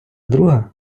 друга